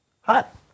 hot